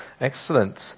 Excellent